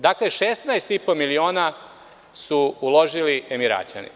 Dakle, 16 i po miliona su uložili Emiraćani.